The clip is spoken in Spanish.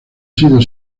sido